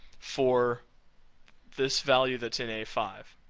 for this value that's in a five.